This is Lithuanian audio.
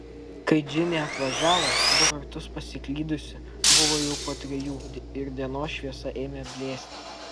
kai džinė atvažiavo du kartus pasiklydusi buvo jau po trijų ir dienos šviesa ėmė blėsti